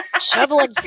shoveling